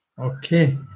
Okay